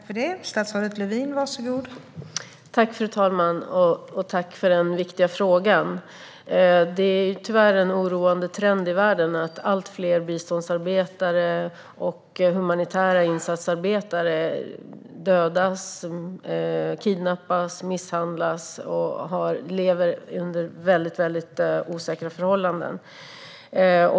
Fru talman! Tack för den viktiga frågan! Det är tyvärr en oroande trend i världen att allt fler biståndsarbetare och humanitära insatsarbetare dödas, kidnappas, misshandlas och lever under väldigt osäkra förhållanden.